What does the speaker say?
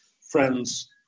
friends